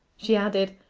she added,